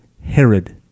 Herod